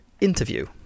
interview